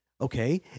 okay